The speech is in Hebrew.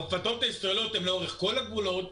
הרפתות הישראליות הן לאורך כל הגבולות,